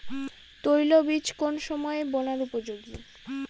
তৈলবীজ কোন সময়ে বোনার উপযোগী?